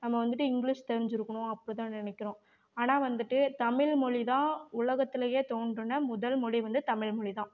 நம்ம வந்துட்டு இங்கிலிஷ் தெரிஞ்சுருக்கணும் அப்படி தான் நினைக்கிறோம் ஆனால் வந்துட்டு தமிழ்மொழி தான் உலகத்திலையே தோன்றின முதல் மொழி வந்து தமிழ்மொழி தான்